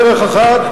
דרך אחת,